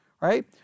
right